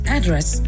Address